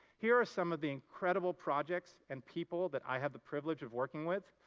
here are some of the incredible projects and people that i have the privilege of working with.